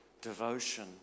devotion